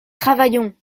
travaillons